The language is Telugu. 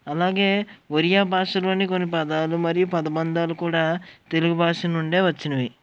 అలాగే ఒరియా భాషలోని కొన్ని పదాలు మరియు పదబంధాలు కూడా తెలుగు భాష నుండే వచ్చినవి